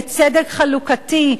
לצדק חלוקתי.